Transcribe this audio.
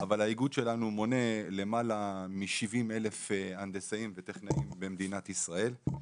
אבל האיגוד שלנו מונה למעלה מ-70,000 הנדסאים וטכנאים במדינת ישראל.